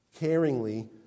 caringly